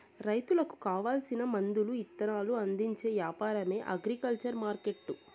రైతులకు కావాల్సిన మందులు ఇత్తనాలు అందించే యాపారమే అగ్రికల్చర్ మార్కెట్టు